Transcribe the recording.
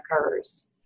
occurs